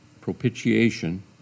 propitiation